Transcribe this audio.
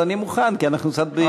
אני מוכן, כי אנחנו קצת באיחור.